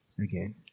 again